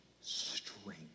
strength